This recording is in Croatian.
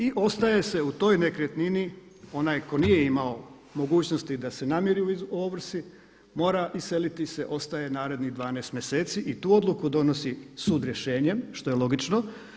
I ostaje se u toj nekretnini, onaj tko nije imao mogućnosti da se namiri u ovrsi mora iseliti se, ostaje narednih 12 mjeseci i tu odluku donosi sud rješenjem što je logično.